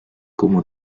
como